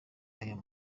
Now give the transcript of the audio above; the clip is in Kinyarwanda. ayo